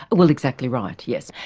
well exactly right, yes.